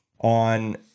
on